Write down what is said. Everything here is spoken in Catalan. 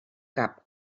cap